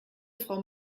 frau